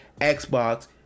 xbox